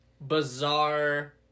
bizarre